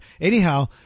Anyhow